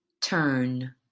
turn